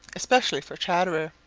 especially for chatterer.